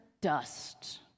dust